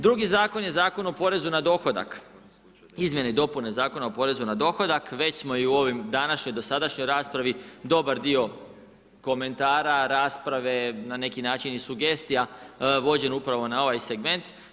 Drugi zakon je Zakon o porezu na dohodak, izmjene i dopune Zakona o porezu na dohodak, već smo i u ovoj današnjoj, dosadašnjoj raspravi, dobar dio, komentara, rasprave, na neki način i sugestija, vođen upravo na ovaj segment.